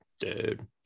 Dude